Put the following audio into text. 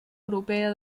europea